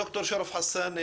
ד"ר שרף חאסן,